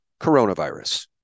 coronavirus